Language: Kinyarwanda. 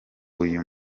uyu